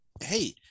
Hey